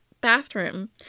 bathroom